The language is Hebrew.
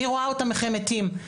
אני רואה אותם איך הם מתים.